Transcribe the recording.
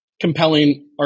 compelling